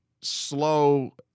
slow